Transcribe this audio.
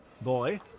boy